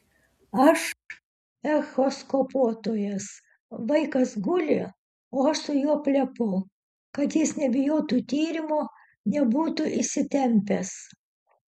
aš echoskopuotojas vaikas guli o aš su juo plepu kad jis nebijotų tyrimo nebūtų įsitempęs